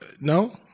No